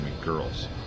girls